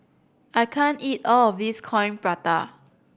I can't eat all of this Coin Prata